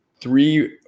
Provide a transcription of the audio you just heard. three